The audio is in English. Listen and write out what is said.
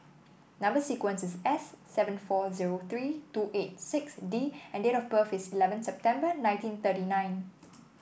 number sequence is S seven four zero three two eight six D and date of birth is eleven September nineteen thirty nine